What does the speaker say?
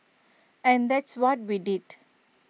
and that's what we did